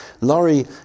Laurie